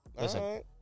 Listen